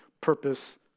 purpose